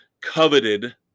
coveted